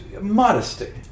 modesty